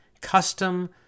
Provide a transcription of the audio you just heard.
custom